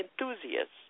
enthusiasts